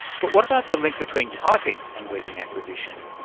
but what about the link between typing and reading acquisition?